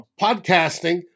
podcasting